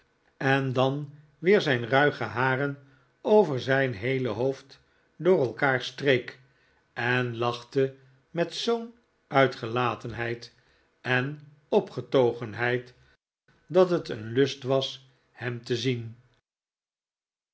en dan weer zijn ruige haren over zijn heele hoofd door elkaar streek en lachte met zoo'n uitgelatenheid en opgetogenheid dat het een lust was hem te zien